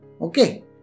Okay